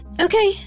Okay